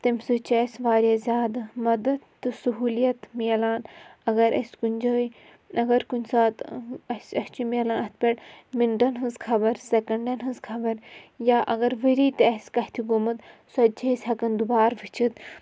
تَمہِ سۭتۍ چھِ اَسہِ واریاہ زیادٕ مَدَد تہٕ سہوٗلیت مِلان اَگر اَسہِ کُنہِ جایہِ اَگر کُنہِ ساتہٕ اَسہِ اَسہِ چھُ مِلان اَتھ پٮ۪ٹھ مِنٹَن ہٕنٛز خبر سٮ۪کَنڈَن ہٕنٛز خبر یا اَگر ؤری تہِ آسہِ کَتھِ گوٚمُت سۄ تہِ چھِ أسۍ ہٮ۪کان دُبارٕ وٕچھِتھ